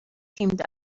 teamed